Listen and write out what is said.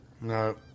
No